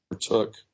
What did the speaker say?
took